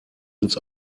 ins